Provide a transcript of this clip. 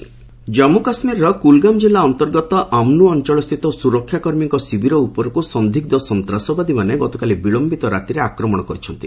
JK attack Jammu କାଶ୍ମୀରର କୁଲ୍ଗାମ୍ କିଲ୍ଲା ଅନ୍ତର୍ଗତ ଆମ୍ନୁ ଅଞ୍ଚଳସ୍ଥିତ ସୁରକ୍ଷା କର୍ମୀଙ୍କ ଶିବିର ଉପରକୁ ସନ୍ଦିଗ୍ଧ ସନ୍ତାସବାଦୀମାନେ ଗତକାଲି ବିଳୟିତ ରାତିରେ ଆକ୍ରମଣ କରିଛନ୍ତି